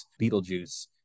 Beetlejuice